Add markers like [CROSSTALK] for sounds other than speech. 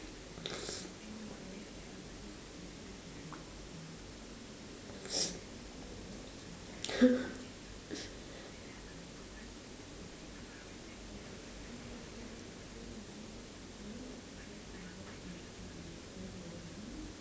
[NOISE] [LAUGHS]